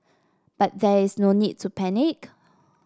but there is no need to panic